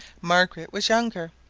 margaret was younger,